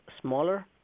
smaller